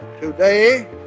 Today